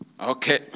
Okay